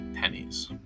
pennies